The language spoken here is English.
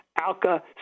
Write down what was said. Alka